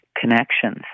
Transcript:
connections